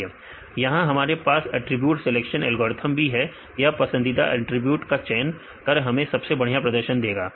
यहां हमारे पास अटरीब्यूट सिलेक्शन एल्गोरिथ्म भी है यह पसंदीदा एट्रिब्यूट का चयन कर हमें सबसे बढ़िया प्रदर्शन देगा